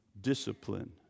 discipline